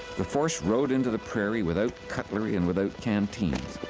the force rode into the prairie without cutlery, and without canteens.